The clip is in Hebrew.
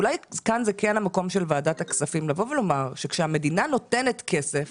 אולי כאן זה כן המקום של וועדת הכספים לבוא ולומר שכשהמדינה נותנת כסף